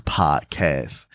podcast